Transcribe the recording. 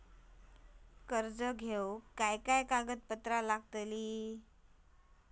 कर्ज घेऊक काय काय कागदपत्र लागतली?